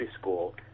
school